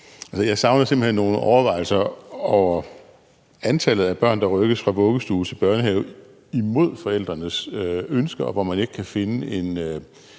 hen nogle overvejelser over antallet af børn, der rykkes fra vuggestue til børnehave imod forældrenes ønske, og hvor man ikke kan finde en